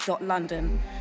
London